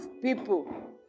people